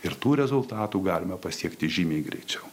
ir tų rezultatų galime pasiekti žymiai greičiau